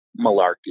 malarkey